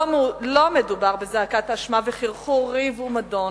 לא מדובר בזעקת האשמה וחרחור ריב ומדון,